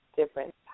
different